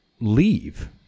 leave